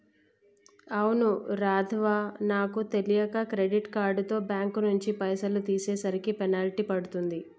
అవును రాధవ్వ నాకు తెలియక క్రెడిట్ కార్డుతో బ్యాంకు నుంచి పైసలు తీసేసరికి పెనాల్టీ పడింది